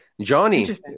Johnny